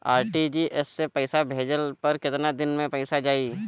RTGS से पईसा भेजला पर केतना दिन मे पईसा जाई?